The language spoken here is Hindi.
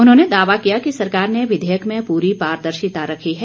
उन्होंने दावा किया कि सरकार ने विधेयक में पूरी पारदर्शिता रखी है